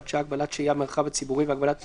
שעה)(הגבלת השהייה במרחב הציבורי והגבלת פעילות),